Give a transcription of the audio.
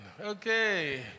Okay